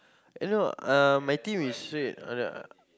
eh no uh my teeth is straight